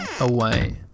away